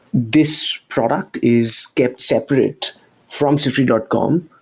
this product is kept separate from sifter dot com,